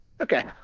okay